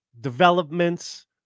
developments